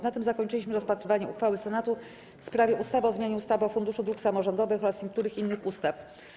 Na tym zakończyliśmy rozpatrywanie uchwały Senatu w sprawie ustawy o zmianie ustawy o Funduszu Dróg Samorządowych oraz niektórych innych ustaw.